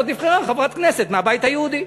אז נבחרה חברת כנסת מהבית היהודי.